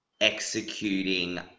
executing